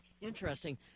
interesting